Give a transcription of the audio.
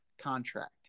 contract